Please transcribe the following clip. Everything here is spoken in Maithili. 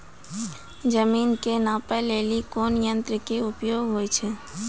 जमीन के नापै लेली कोन यंत्र के उपयोग होय छै?